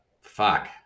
fuck